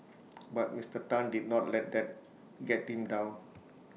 but Mister Tan did not let that get him down